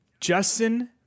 Justin